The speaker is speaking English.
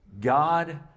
God